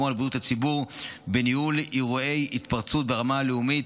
על בריאות הציבור בניהול אירועי התפרצות ברמה הלאומית